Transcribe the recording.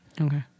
Okay